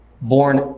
born